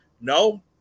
No